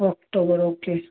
October okay